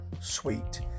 sweet